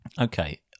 Okay